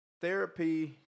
Therapy